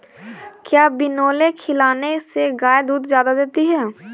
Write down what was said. क्या बिनोले खिलाने से गाय दूध ज्यादा देती है?